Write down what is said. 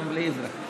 גם בלי זה.